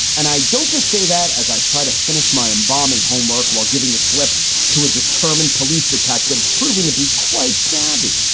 and i don't just say that as i try to finish my embalming homework while giving the slip to a determined police detective proving to be quite savvy,